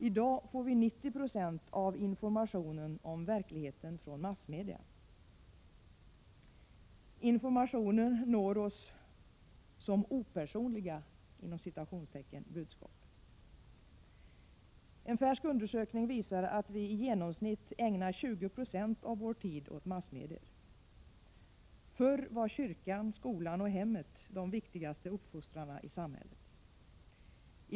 I dag får vi 90 90 av informationen om verkligheten från massmedia. Informationen når oss som ”opersonliga” budskap. En färsk undersökning visar att vi i genomsnitt ägnar 20 96 av vår tid åt massmedier. Förr var kyrkan, skolan och hemmet de viktigaste uppfostrarna i samhället.